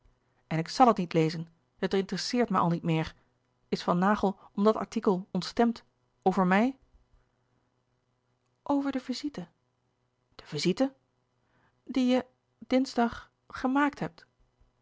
en ik zal het niet lezen het interesseert mij al niet meer is van naghel om dat artikel ontstemd over mij over de visite de visite die je dinsdag gemaakt hebt